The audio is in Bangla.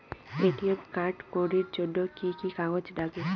এ.টি.এম কার্ড করির জন্যে কি কি কাগজ নাগে?